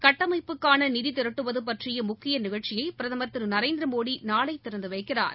சுட்டமைப்புக்கானநிதிரட்டுவதுபற்றியமுக்கியநிகழ்ச்சியைபிரதமா் திருநரேந்திரமோடிநாளைதிறந்துவைக்கிறார்